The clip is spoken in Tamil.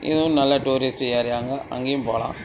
இதுவும் நல்ல டூரிஸ்ட்டு எரியங்க அங்கேயும் போகலான்